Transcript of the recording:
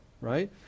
right